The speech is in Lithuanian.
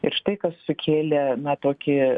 ir štai kas sukėlė na tokį